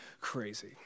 crazy